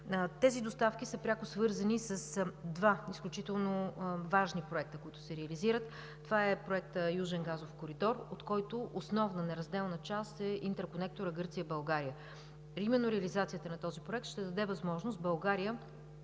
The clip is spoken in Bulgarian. Тези доставки са пряко свързани с два изключително важни проекта, които се реализират. Това е проектът „Южен газов коридор“, от който основна, неразделна част е интерконекторът Гърция – България. Именно реализацията на този проект ще даде възможност България